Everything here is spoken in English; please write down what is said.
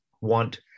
want